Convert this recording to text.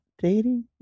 dating